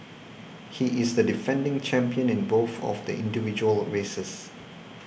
he is the defending champion in both of the individual races